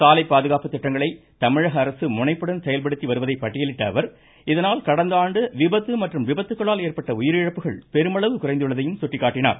சாலைப்பாதுகாப்பு திட்டங்களை தமிழக அரசு முனைப்புடன் செயல்படுத்தி வருவதை பட்டியலிட்ட அவர் இதனால் கடந்த ஆண்டு விபத்து மற்றும் விபத்துகளால் ஏற்பட்ட உயிரிழப்புகள் பெருமளவு குறைந்துள்ளதையும் சுட்டிக்காட்டினார்